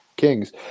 kings